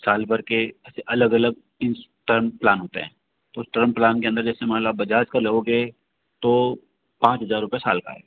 साल भर के अलग अलग इस टर्म प्लान होते हैं उस टर्म प्लान के अंदर जैसे मान लो आप बजाज का लोंगे तो पाँच हजार रुपये साल का आएगा